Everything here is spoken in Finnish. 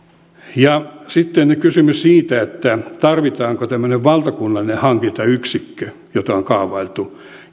sitten kysymys siitä tarvitaanko tämmöinen valtakunnallinen hankintayksikkö jota on kaavailtu